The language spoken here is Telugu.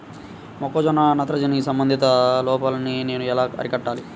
మొక్క జొన్నలో నత్రజని సంబంధిత లోపాన్ని నేను ఎలా అరికట్టాలి?